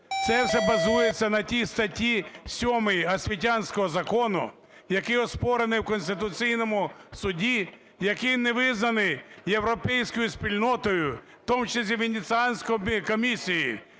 Це все базується на тій статті 7 освітянського закону, який оспоренный в Конституційному Суді, який не визнаний європейською спільнотою в тому числі Венеціанською комісією,